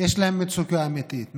יש להם מצוקה אמיתית.